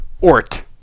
ort